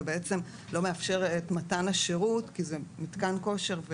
והוא בעצם לא מאפשר את מתן השירות כי זה חדר כושר,